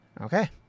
Okay